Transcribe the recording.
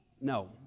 No